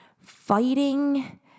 fighting